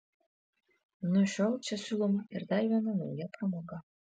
nuo šiol čia siūloma ir dar viena nauja pramoga